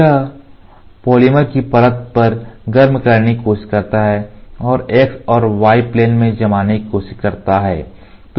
तो यह पॉलीमर की परत पर गरम करने की कोशिश करता है और x और y प्लेन में जमाने की कोशिश करता है